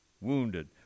wounded